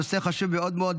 נושא חשוב מאוד מאוד,